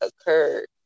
occurred